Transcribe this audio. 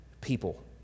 people